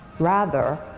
rather,